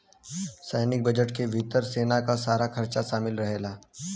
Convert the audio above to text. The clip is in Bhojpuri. सैनिक बजट के भितर सेना के सारा खरचा शामिल रहेला